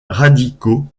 radicaux